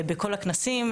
בכל הכנסים,